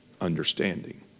understanding